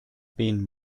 been